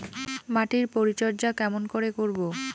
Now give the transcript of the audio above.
মাটির পরিচর্যা কেমন করে করব?